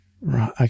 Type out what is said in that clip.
Right